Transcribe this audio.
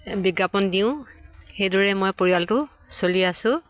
বিজ্ঞাপন দিওঁ সেইদৰে মই পৰিয়ালটো চলি আছোঁ